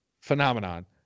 Phenomenon